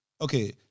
okay